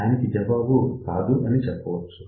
దానికి జవాబు "కాదు" అని చెప్పవచ్చు